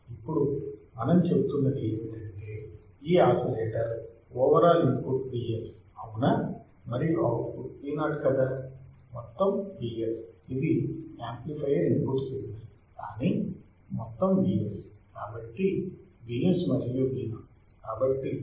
ఇప్పుడు మనం చెబుతున్నది ఏమిటంటే ఈ ఆసిలేటర్ ఓవరాల్ ఇన్పుట్ Vs అవునా మరియు అవుట్పుట్ Vo కదా మొత్తం Vs ఇది యాంప్లిఫైయర్ ఇన్పుట్ సిగ్నల్ కానీ మొత్తం Vs కాబట్టి Vs మరియు Vo